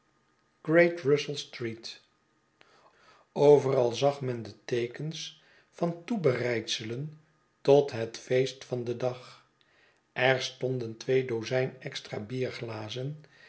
great russellstreet overal zag men de teekens van toebereidselen tot het feest van den dag er stonden twee dozijn extra